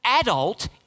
adult